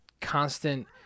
constant